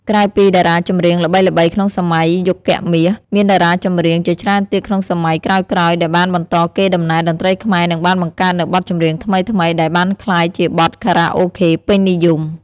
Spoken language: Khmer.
ក្រៅពីតារាចម្រៀងល្បីៗក្នុងសម័យយុគមាស មានតារាចម្រៀងជាច្រើនទៀតក្នុងសម័យក្រោយៗដែលបានបន្តកេរដំណែលតន្ត្រីខ្មែរនិងបានបង្កើតនូវបទចម្រៀងថ្មីៗដែលបានក្លាយជាបទខារ៉ាអូខេពេញនិយម។